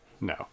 No